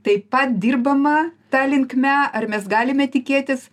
taip pat dirbama ta linkme ar mes galime tikėtis